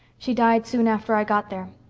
she died soon after i got there.